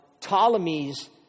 Ptolemy's